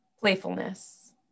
Playfulness